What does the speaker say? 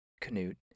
Canute